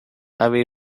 away